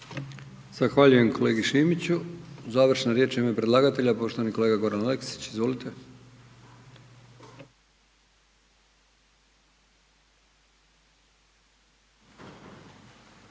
Zahvaljujem kolegi Šimiću. Završna riječ u ime predlagatelja. Poštovani kolega Goran Aleksić, izvolite.